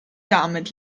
damit